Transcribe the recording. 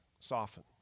soften